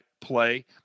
play